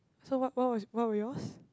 so what what was what was yours